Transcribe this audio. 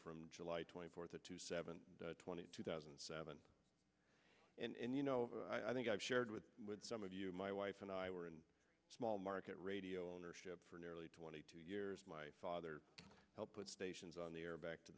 from july twenty fourth of two seven twenty two thousand and seven and you know i think i've shared with some of you my wife and i were in a small market radio ownership for nearly twenty two years my father helped put stations on the air back to